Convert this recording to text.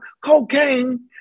cocaine